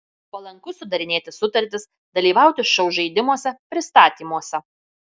palanku sudarinėti sutartis dalyvauti šou žaidimuose pristatymuose